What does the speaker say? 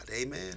Amen